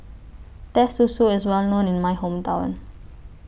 Teh Susu IS Well known in My Hometown